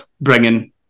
bringing